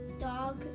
dog